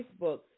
Facebook